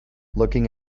looking